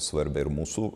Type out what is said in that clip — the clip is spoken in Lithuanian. svarbią ir mūsų